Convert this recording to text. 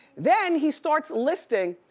then, he starts listing,